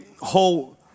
whole